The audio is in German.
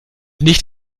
nicht